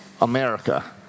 America